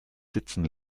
sitzen